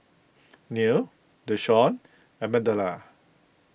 Neal Deshawn and Migdalia